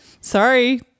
sorry